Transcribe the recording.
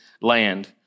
land